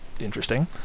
interesting